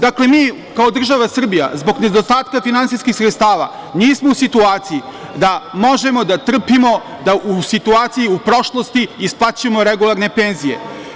Dakle, mi kao država Srbija, zbog nedostatka finansijskih sredstava, nismo u situaciji da možemo da trpimo da u situaciji u prošlosti isplaćujemo regularne penzije.